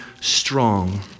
strong